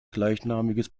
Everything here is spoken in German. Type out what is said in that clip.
gleichnamiges